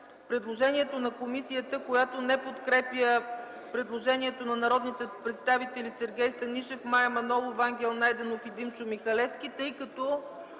предложението на комисията, която не подкрепя предложението на народните представители Сергей Станишев, Мая Манолова, Ангел Найденов и Димчо Михалевски, тъй като